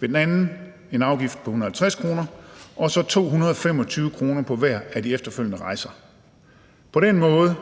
ved den anden en afgift på 150 kr., og så en afgift på 225 kr. for hver af de efterfølgende rejser. På den måde